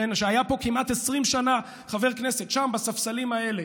שהיה פה כמעט 20 שנה חבר כנסת, שם, בספסלים האלה.